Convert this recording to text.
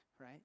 right